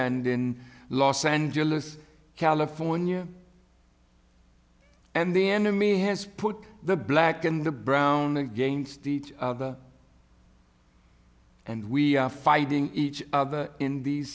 angeles california and the enemy has put the black and the brown against each other and we are fighting each other in these